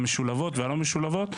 משולבות ולא משולבות.